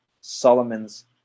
Solomon's